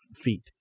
feet